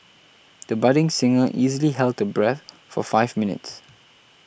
the budding singer easily held her breath for five minutes